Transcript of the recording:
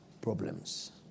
problems